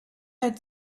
had